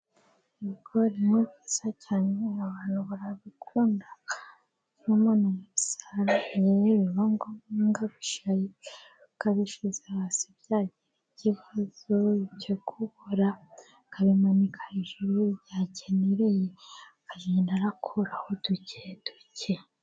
Ibigori ni byiza cyane, abantu barabikunda iyo umuntu abisaruye, biba ngombwa ko abishayika kuko abirekeye hasi byagira ikibazo, ibyo kubora akabimanika hejuru igihe abikenereye akagenda akuraho duke duke.